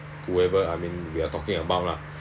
whoever I mean we are talking about lah